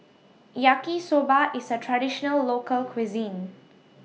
Yaki Soba IS A Traditional Local Cuisine